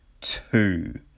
two